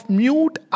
mute